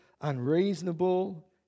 unreasonable